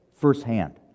firsthand